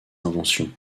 inventions